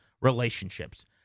relationships